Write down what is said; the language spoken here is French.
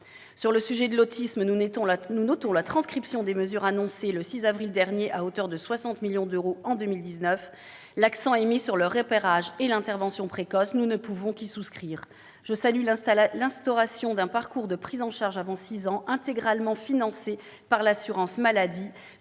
Au sujet de l'autisme, nous notons la transcription des mesures annoncées le 6 avril dernier, à hauteur de 60 millions d'euros en 2019. L'accent est mis sur le repérage et l'intervention précoces ; nous ne pouvons qu'y souscrire. Je salue l'instauration d'un parcours de prise en charge avant l'âge de 6 ans, intégralement financé par l'assurance maladie